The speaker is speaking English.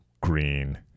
green